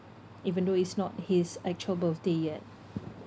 even though it's not his actual birthday yet